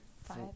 five